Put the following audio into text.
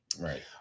right